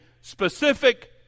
specific